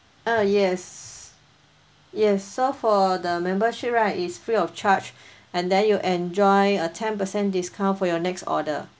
err yes yes so for the membership right is free of charge and then you enjoy a ten percent discount for your next order